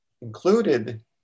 included